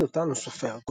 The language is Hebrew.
דני דותן הוא סופר,